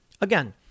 Again